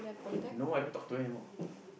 no I don't talk to her anymore